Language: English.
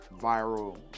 viral